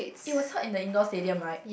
it was heard in the indoor stadium right